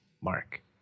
mark